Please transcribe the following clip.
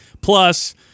Plus